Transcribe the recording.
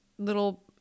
Little